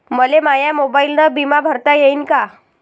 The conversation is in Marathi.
मले माया मोबाईलनं बिमा भरता येईन का?